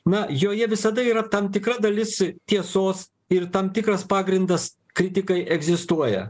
na joje visada yra tam tikra dalis tiesos ir tam tikras pagrindas kritikai egzistuoja